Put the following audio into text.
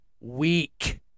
Weak